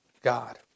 God